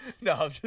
No